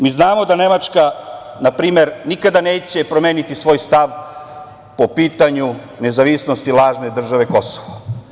Mi znamo da Nemačka, na primer, nikada neće promeniti svoj stav po pitanju nezavisnosti lažne države Kosovo.